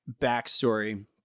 backstory